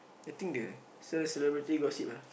I think the sell celebrity gossip ah